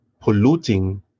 polluting